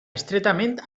estretament